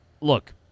look